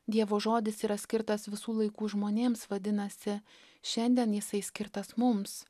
dievo žodis yra skirtas visų laikų žmonėms vadinasi šiandien jisai skirtas mums